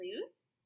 loose